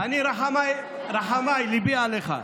רחמיי, ליבי עליך.